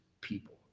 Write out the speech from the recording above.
people